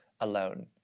alone